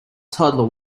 toddler